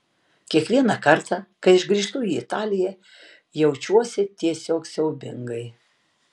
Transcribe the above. kiekvieną kartą kai aš grįžtu į italiją jaučiuosi tiesiog siaubingai